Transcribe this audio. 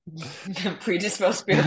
Predisposed